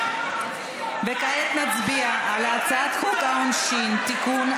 כעת נצביע על הצעת חוק העונשין (תיקון,